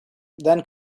then